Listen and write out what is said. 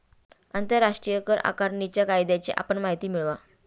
आंतरराष्ट्रीय कर आकारणीच्या कायद्याची आपण माहिती मिळवा